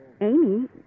Amy